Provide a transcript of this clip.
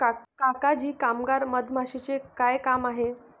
काका जी कामगार मधमाशीचे काय काम आहे